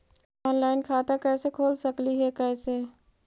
Online खाता कैसे खोल सकली हे कैसे?